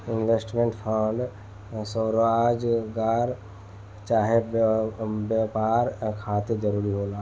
investment fund स्वरोजगार चाहे व्यापार खातिर जरूरी होला